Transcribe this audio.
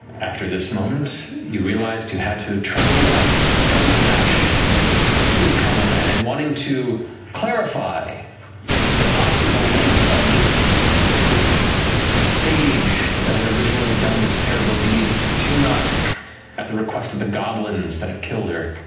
after this moment, you realized you had to travel west from zadash to kamordah, and wanting to clarify the possible link of this this sage that had originally done this terrible deed to nott at the request of the goblins that had killed her,